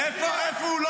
איפה הוא?